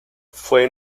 fue